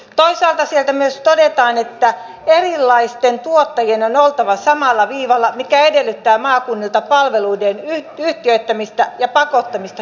toisaalta siellä myös todetaan että erilaisten tuottajien on oltava samalla viivalla mikä edellyttää maakunnilta palveluiden yhtiöittämistä ja pakottamista kilpailuun